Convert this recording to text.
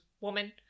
woman